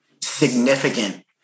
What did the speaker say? significant